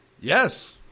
Yes